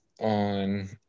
on